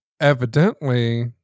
evidently